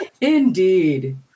Indeed